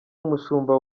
umushumba